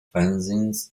fanzines